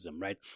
right